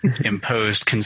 imposed